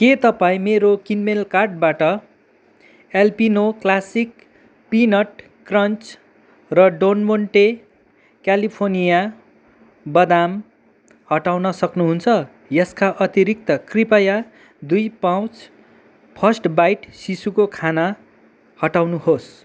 के तपाईँ मेरो किनमेल कार्टबाट एल्पिनो क्लासिक पिनट क्रन्च र डन मोन्टे क्यालिफोर्निया बदाम हटाउन सक्नुहुन्छ यसका अतिरिक्त कृपया दुई पाउच फर्स्ट बाइट शिशुको खाना हटाउनुहोस्